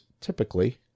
typically